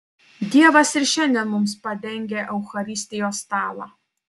dievas ir šiandien mums padengia eucharistijos stalą